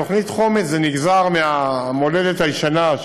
"תוכנית חומש" זה נגזר מהמולדת הישנה,